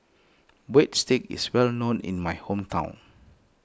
Breadsticks is well known in my hometown